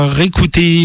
réécouter